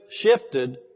shifted